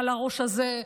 על הראש הזה,